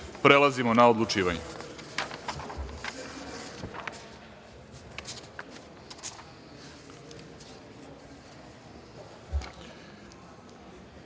pređemo na odlučivanje